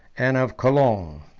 and of cologne.